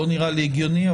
לא נראה לי הגיוני,